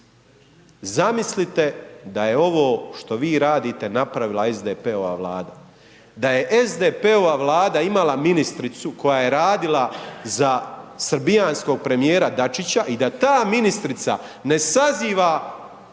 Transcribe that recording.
Zamislite da je ovo što vi radite napravila SDP-ova Vlada? Da je SDP-ova Vlada imala ministricu koja je radila za srbijanskog premijera Dačića i da ta ministrica ne saziva